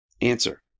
Answer